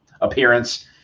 appearance